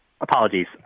Apologies